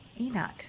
enoch